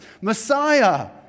Messiah